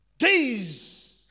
Days